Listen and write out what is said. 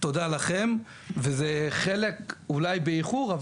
ותודה לכם וזה חלק אולי באיחור,